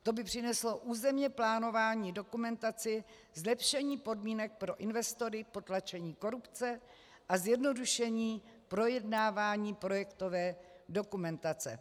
To by přineslo územněplánovací dokumentaci zlepšení podmínek pro investory, potlačení korupce a zjednodušení projednávání projektové dokumentace.